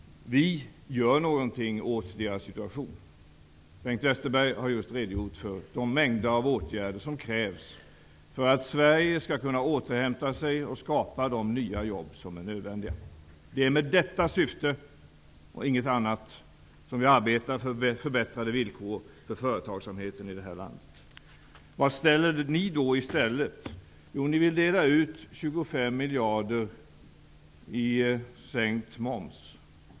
Vi gör någonting åt deras situation. Bengt Westerberg har just redogjort för de mängder av åtgärder som krävs för att Sverige skall kunna återhämta sig och skapa de nya jobb som är nödvändiga. Det är med detta syfte och inget annat som vi arbetar för förbättrade villkor för företagsamheten i det här landet. Vad vill ni då göra i stället? Jo, ni vill dela ut 25 miljarder i sänkt moms.